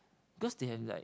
because they have like